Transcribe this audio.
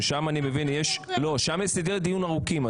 ששם אני מבין שיש סדרי דיון ארוכים.